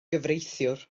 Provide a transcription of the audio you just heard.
gyfreithiwr